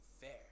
fair